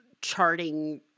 charting